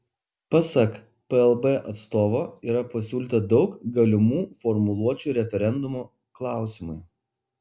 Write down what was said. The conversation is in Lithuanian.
pasak plb atstovo yra pasiūlyta daug galimų formuluočių referendumo klausimui